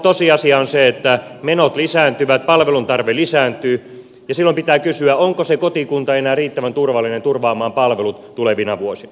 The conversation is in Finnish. no tosiasia on se että menot lisääntyvät palvelun tarve lisääntyy ja silloin pitää kysyä onko se kotikunta enää riittävän turvallinen turvaamaan palvelut tulevina vuosina